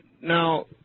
Now